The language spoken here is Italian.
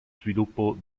sviluppo